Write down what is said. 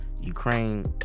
Ukraine